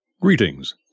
Greetings